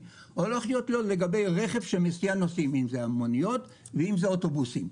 הולך להיות לגבי רכב שמסיע נוסעים מוניות ואוטובוסים.